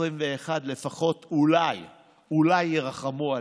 לפחות אולי אולי ירחמו עלינו,